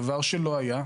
דבר שלא היה,